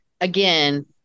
again